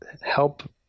help